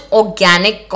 organic